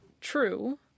True